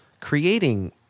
creating